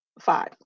five